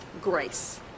grace